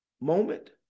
moment